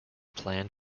planned